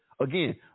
Again